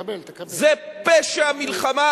זה פשע מלחמה,